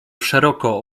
szeroko